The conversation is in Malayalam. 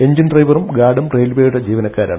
എൻഞ്ചിൻ ഡ്രൈവറും ഗാർഡും റെയിൽവേയുടെ ജീവനക്കാരാണ്